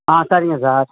ஆ சரிங்க சார்